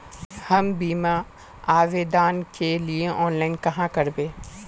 हम बीमा आवेदान के लिए ऑनलाइन कहाँ करबे?